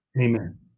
Amen